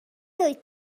wyt